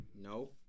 no